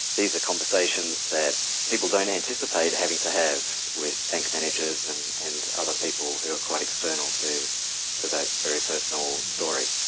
these are conversations that people don't anticipate having to have with bank managers and and other people who are quite external to that very personal story.